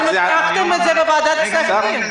אתם הבטחתם את זה בוועדת הכספים.